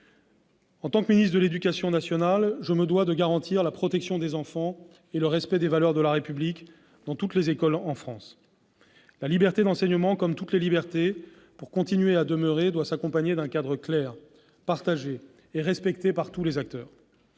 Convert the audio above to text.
En tant que ministre de l'éducation nationale, je me dois de garantir la protection des enfants et le respect des valeurs de la République dans toutes les écoles en France. La liberté d'enseignement, comme toutes les libertés, pour demeurer, doit s'accompagner d'un cadre clair, partagé et respecté par tous les acteurs.